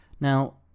Now